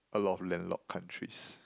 a lot of landlord countries